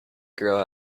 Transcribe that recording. grow